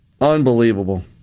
Unbelievable